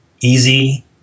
easy